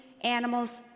animals